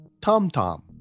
TomTom